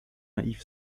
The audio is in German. naiv